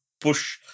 push